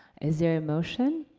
is there a motion?